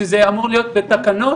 שזה אמור להיות בתקנות.